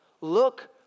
Look